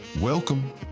Welcome